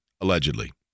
allegedly